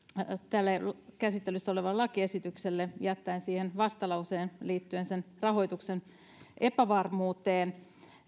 tälle käsittelyssä olevalle lakiesitykselle jättäen siihen vastalauseen liittyen sen rahoituksen epävarmuuteen